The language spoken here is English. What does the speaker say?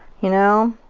you know.